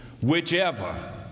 whichever